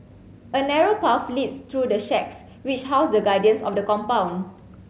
a narrow path leads through the shacks which house the guardians of the compound